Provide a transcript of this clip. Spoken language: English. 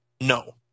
no